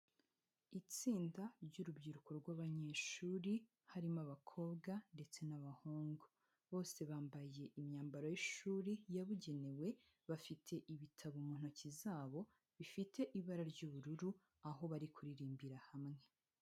Itsinda ry'urubyiruko rw'abanyeshuri harimo abakobwa ndetse n'abahungu, bose bambaye imyambaro y'ishuri yabugenewe bafite ibitabo mu ntoki zabo bifite ibara ry'ubururu, aho bari kuririmbira hamwe.